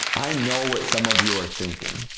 i know what some of you are thinking,